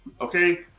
Okay